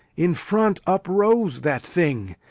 in front uprose that thing,